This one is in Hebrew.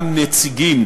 גם נציגים